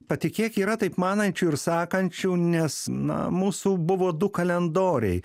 patikėk yra taip manančių ir sakančių nes na mūsų buvo du kalendoriai